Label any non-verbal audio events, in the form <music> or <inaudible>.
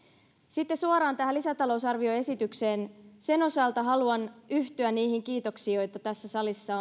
sitten suoraan tähän lisätalousarvioesitykseen sen osalta haluan yhtyä niihin kiitoksiin joita tässä salissa <unintelligible>